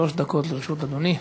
שלוש דקות לרשות אדוני.